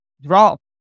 drop